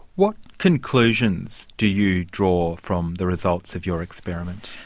what conclusions do you draw from the results of your experiment?